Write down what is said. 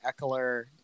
Eckler